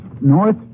North